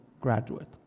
graduate